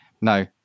No